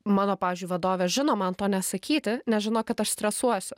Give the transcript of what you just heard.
mano pavyzdžiui vadovė žino man to nesakyti nes žino kad aš stresuosiu